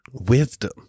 wisdom